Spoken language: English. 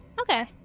Okay